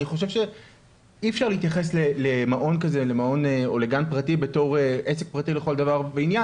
אני חושב שאי אפשר למעון כזה או לגן פרטי בתור עסק פרטי לכל דבר ועניין.